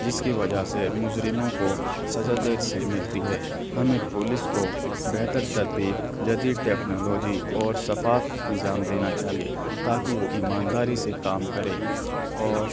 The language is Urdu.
جس کی وجہ سے مجرموں کو سزا دیر سے ملتی ہے ہمیں پولیس کو بہتر ترتیب جدید ٹیکنالوجی اور شفاف نظام دینا چاہیے تاکہ وہ ایمانداری سے کام کریں اور